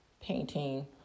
painting